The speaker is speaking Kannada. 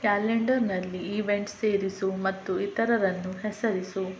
ಕ್ಯಾಲೆಂಡರ್ನಲ್ಲಿ ಈವೆಂಟ್ ಸೇರಿಸು ಮತ್ತು ಇತರರನ್ನು ಹೆಸರಿಸು